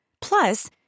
Plus